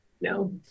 no